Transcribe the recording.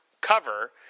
cover